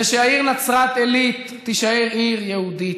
ושהעיר נצרת עילית תישאר עיר יהודית,